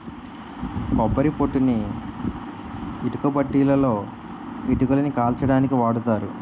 కొబ్బరి పొట్టుని ఇటుకబట్టీలలో ఇటుకలని కాల్చడానికి వాడతారు